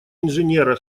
инженера